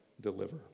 deliver